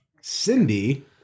Cindy